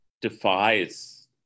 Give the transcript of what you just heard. defies